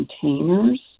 containers